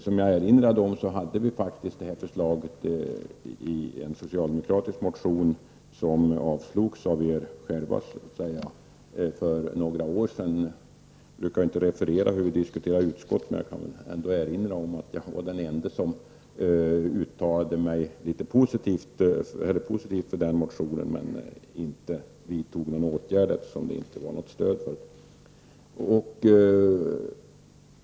Som jag erinrade om fanns det här förslaget faktiskt i en socialdemokratisk motion, som avslogs av er själva för några år sedan. Jag brukar inte referera hur vi diskuterar i utskottet, men jag kan väl erinra om att jag var den ende som uttalade sig litet positivt om den motion, jag föreslog ingen åtgärd, eftersom jag inte fick något stöd.